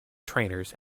trainers